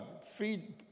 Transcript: feed